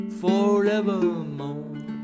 forevermore